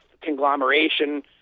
conglomeration